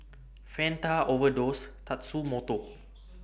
Fanta Overdose Tatsumoto